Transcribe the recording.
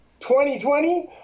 2020